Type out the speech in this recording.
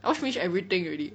I watch finish everything already